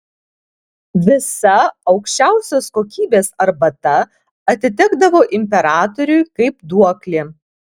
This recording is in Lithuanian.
visa aukščiausios kokybės arbata atitekdavo imperatoriui kaip duoklė